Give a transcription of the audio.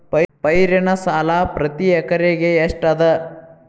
ಪೈರಿನ ಸಾಲಾ ಪ್ರತಿ ಎಕರೆಗೆ ಎಷ್ಟ ಅದ?